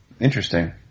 Interesting